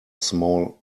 small